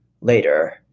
later